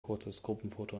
gruppenfoto